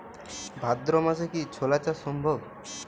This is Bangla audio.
ভাদ্র মাসে কি ছোলা চাষ সম্ভব?